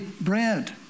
bread